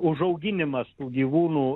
užauginimas tų gyvūnų